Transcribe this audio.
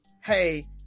Hey